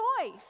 choice